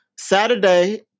Saturday